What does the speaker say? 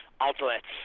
outlets